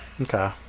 Okay